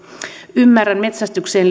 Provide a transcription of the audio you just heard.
ymmärrän metsästykseen